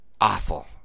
awful